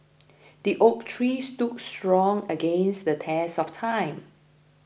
the oak tree stood strong against the test of time